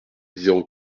zéro